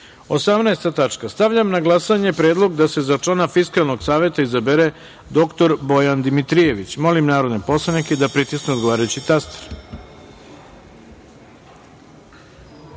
reda. Stavljam na glasanje Predlog da se za člana Fiskalnog saveta izabere dr Bojan Dimitrijević. Molim narodne poslanike da pritisnu odgovarajući